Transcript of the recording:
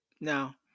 Now